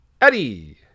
Eddie